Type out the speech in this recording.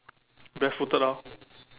bare footed lah